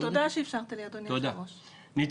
אני מבינה.